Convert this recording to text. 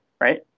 right